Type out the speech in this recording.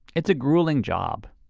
it's a grueling job.